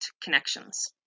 connections